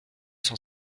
cent